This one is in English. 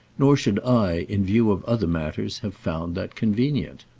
nor should i, in view of other matters, have found that convenient.